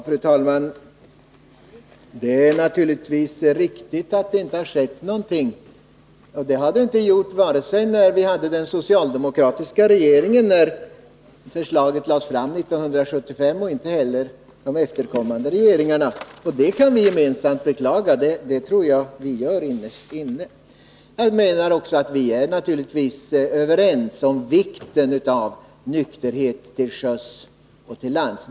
Fru talman! Det är naturligtvis riktigt att det inte har skett någonting, varken under den socialdemokratiska regeringens tid — utredningsförslaget lades ju fram 1975 — eller under de följande regeringarnas tid. Jag tror att vi gemensamt beklagar detta. Vi är naturligtvis överens om vikten av nykterhet till sjöss och till lands.